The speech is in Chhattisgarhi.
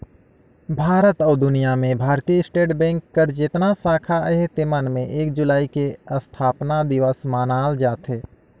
भारत अउ दुनियां में भारतीय स्टेट बेंक कर जेतना साखा अहे तेमन में एक जुलाई के असथापना दिवस मनाल जाथे